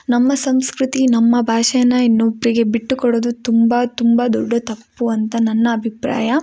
ನಮ್ಮ ಸಂಸ್ಕೃತಿ ನಮ್ಮ ಭಾಷೆನ ಇನ್ನೊಬ್ರಿಗೆ ಬಿಟ್ಟು ಕೊಡೋದು ತುಂಬ ತುಂಬ ದೊಡ್ಡ ತಪ್ಪು ಅಂತ ನನ್ನ ಅಭಿಪ್ರಾಯ